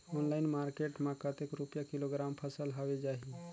Online market मां कतेक रुपिया किलोग्राम फसल हवे जाही?